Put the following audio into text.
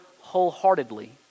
wholeheartedly